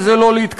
וזה לא להתקדם.